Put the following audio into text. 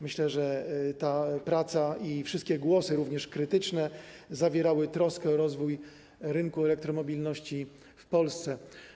Myślę, że ta praca i wszystkie głosy, również krytyczne, zawierały troskę o rozwój rynku elektromobilności w Polsce.